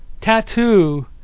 Tattoo